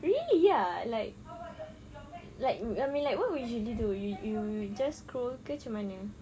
really ah like like I mean like what you usually do you you just scroll ke macam mana